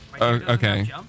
Okay